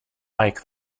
mike